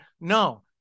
no